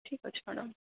ଠିକ୍ ଅଛି ମ୍ୟାଡ଼ାମ